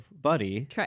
buddy